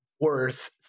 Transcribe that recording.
worth